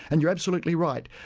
and you're absolutely right,